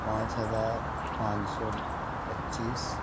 پانچ ہزار پانچ سو پچیس